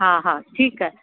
हा हा ठीकु आहे